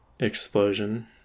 explosion